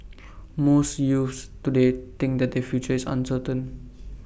most youths today think that their future is uncertain